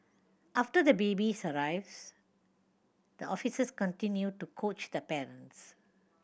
after the babies arrives the officers continue to coach the parents